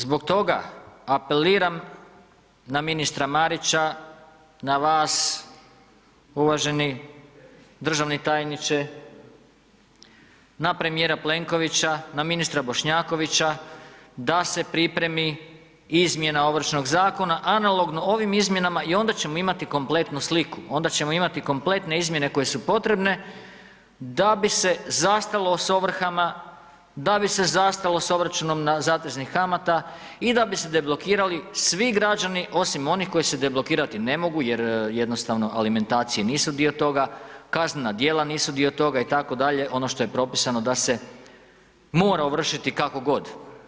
Zbog toga apeliram na ministra Marića, na vas uvaženi državni tajniče, na premijera Plenkovića, na ministra Bošnjakovića da se pripremi izmjena Ovršnog zakona analogno ovim izmjenama i onda ćemo imati kompletnu sliku, onda ćemo imati kompletne izmjene koje su potrebne da bi se zastalo s ovrhama, da bi se zastalo sa obračunom zateznih kamata i da bi se deblokirali svi građani osim onih koji se deblokirati ne mogu jer jednostavno alimentacije nisu dio toga, kaznena djela nisu dio toga itd., ono što je propisano da se mora ovršiti kakogod.